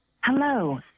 Hello